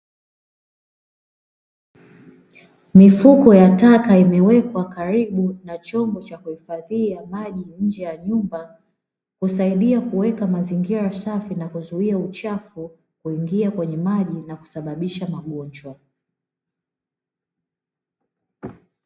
Mifuko ya taka imewekwa karibu na chombo cha kuhifadhia maji nje ya nyumba, husaidia kuweka mazingira safi na kuzuia uchafu, kuingia kwenye maji na kusababisha magonjwa.